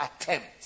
attempt